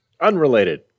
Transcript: unrelated